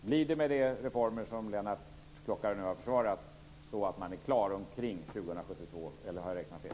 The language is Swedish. Blir det med de reformer som Lennart Klockare nu har försvarat så att man är klar omkring år 2072 eller har jag räknat fel?